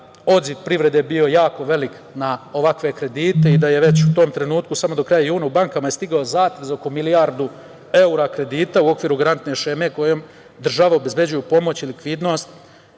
odziv privrede je bio jako velik na ovakve kredite i da je već u tom trenutku, samo do kraja juna u bankama je stigao zahtev za oko milijardu evra kredita u okviru garantne šeme kojom država obezbeđuje pomoć i likvidnost